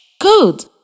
Good